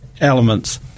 elements